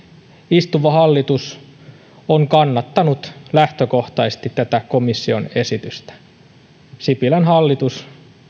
istuva hallitus on kannattanut lähtökohtaisesti tätä komission esitystä sipilän hallitus